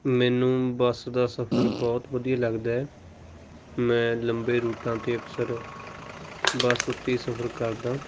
ਮੈਨੂੰ ਬੱਸ ਦਾ ਸਫ਼ਰ ਬਹੁਤ ਵਧੀਆ ਲੱਗਦਾ ਹੈ ਮੈਂ ਲੰਬੇ ਰੂਟਾਂ 'ਤੇ ਅਕਸਰ ਬੱਸ ਉੱਤੇ ਹੀ ਸਫ਼ਰ ਕਰਦਾ